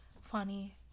funny